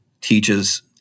teaches